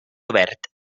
obert